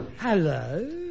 Hello